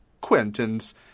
Quentin's